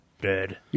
Dead